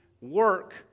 work